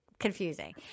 confusing